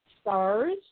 stars